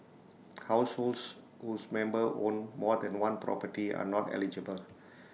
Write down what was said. households whose members own more than one property are not eligible